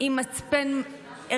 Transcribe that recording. נא לסיים.